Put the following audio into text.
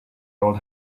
old